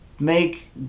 make